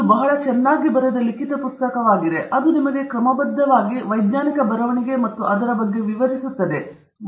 ಇದು ಬಹಳ ಚೆನ್ನಾಗಿ ಬರೆದ ಲಿಖಿತ ಪುಸ್ತಕವಾಗಿದೆ ಅದು ನಿಮಗೆ ಕ್ರಮಬದ್ಧವಾಗಿ ವಿವರಿಸುತ್ತದೆ ವೈಜ್ಞಾನಿಕ ಬರವಣಿಗೆ ಮತ್ತು ಅದರ ಬಗ್ಗೆ ನೀವು ಹೇಗೆ ಹೋಗುತ್ತೀರಿ